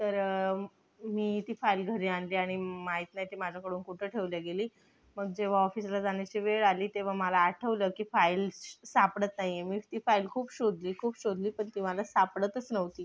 तर मी ती फाईल घरी आणली आणि माहीत नाही ती माझ्याकडून कुठं ठेवल्या गेली पण जेव्हा ऑफिसला जाण्याची वेळ आली तेव्हा मला आठवलं की फाईल सापडत नाही आहे मी ती फाईल खूप शोधली खूप शोधली पण ती मला सापडतच नव्हती